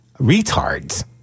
retards